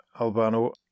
Albano